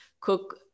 cook